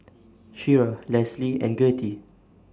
Shira Lesly and Gertie